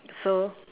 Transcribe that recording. so